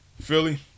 Philly